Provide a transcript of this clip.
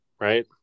Right